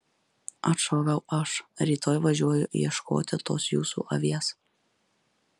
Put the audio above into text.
atšoviau aš rytoj važiuoju ieškoti tos jūsų avies